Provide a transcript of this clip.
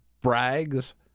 brags